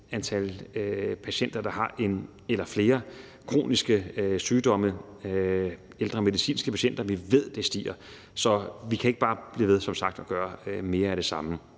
af patienter, der har en eller flere kroniske sygdomme, ældre medicinske patienter, stiger – vi ved, at det stiger. Så vi kan som sagt ikke bare blive ved at gøre mere af det samme.